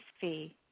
Fee